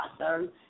awesome